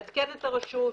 לעדכן את הרשות,